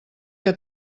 que